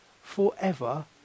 forever